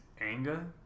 anger